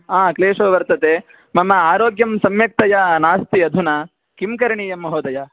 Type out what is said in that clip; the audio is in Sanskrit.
आ क्लेशो वर्तते मम आरोग्यं सम्यक्तया नास्ति अधुना किं करणीयं महोदय